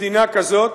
מדינה כזאת,